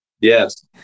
Yes